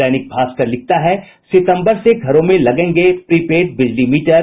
दैनिक भाष्कर लिखता है सितम्बर से घरों में लगेंगे प्री पेड बिजली मीटर